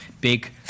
big